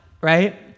right